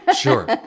sure